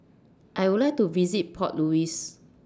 I Would like to visit Port Louis